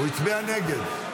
הוא הצביע נגד.